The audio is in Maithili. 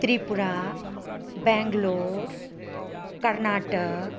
त्रिपुरा बैँगलोर कर्नाटक